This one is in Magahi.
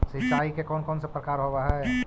सिंचाई के कौन कौन से प्रकार होब्है?